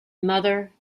mother